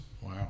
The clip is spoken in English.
Wow